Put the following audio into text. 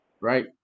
Right